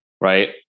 Right